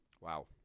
wow